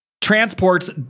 transports